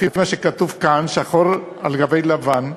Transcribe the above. לפי מה שכתוב כאן שחור על גבי לבן,